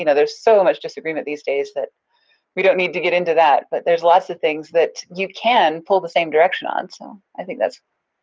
and there's so much disagreement these days that we don't need to get into that, but there's lots of things that you can pull the same direction on, so i think that's